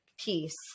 Peace